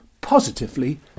positively